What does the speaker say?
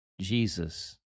Jesus